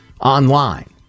online